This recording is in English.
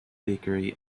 bakery